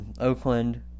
Oakland